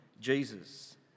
Jesus